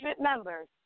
members